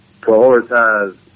prioritize